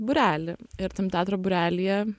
būrelį ir tam teatro būrelyje